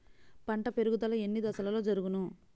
పంట పెరుగుదల ఎన్ని దశలలో జరుగును?